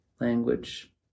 language